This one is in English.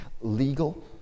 legal